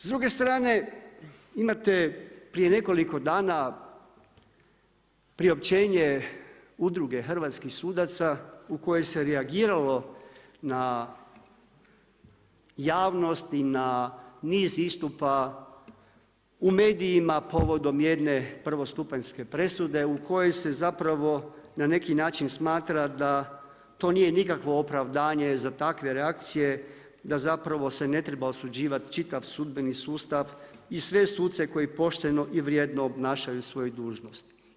S druge strane, imate prije nekoliko dana priopćenje Udruge hrvatskih sudaca u kojoj se reagiralo na javnost i na niz istupa u medijima povodom jedne prvostupanjske presude u kojoj se zapravo na neki način smatra da to nije nikakvo opravdanje za takve reakcije, da zapravo se ne treba osuđivati čitav sudbeni sustav i sve suce koji pošteno i vrijedno obnašaju svoju dužnost.